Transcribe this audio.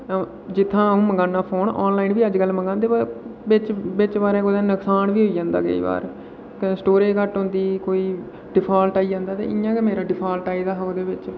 जित्थुआं उ'ऊं मंगाना फोन आनलाइन बी अज्ज मंगादे पर बिच्च बिच्च बारे कोई नुक्सान बी होई जंदा केईं बार कन्नै स्टोरेज घट्ट होंदी कोई डिफाल्ट आई जंदा ते इ'यां गै मेरा डिफाल्ट आइयै दा हा ओह्दे बिच